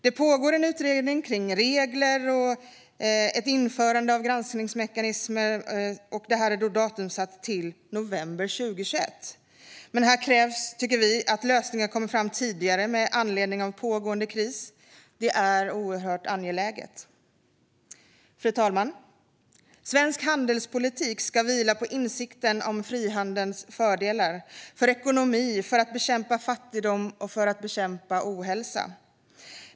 Det pågår en utredning om regler och ett införande av granskningsmekanismer. Detta är datumsatt till november 2021. Här krävs dock att lösningar kommer fram tidigare med anledning av pågående kris. Det är oerhört angeläget. Fru talman! Svensk handelspolitik ska vila på insikten om frihandelns fördelar för ekonomin, för att bekämpa fattigdom och för att bekämpa ohälsa.